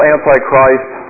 Antichrist